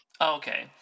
Okay